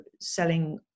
selling